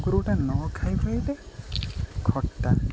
ନ ଖାଇ ପାଇଲେ ଖଟା